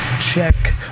Check